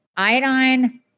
Iodine